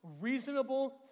reasonable